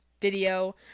video